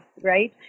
right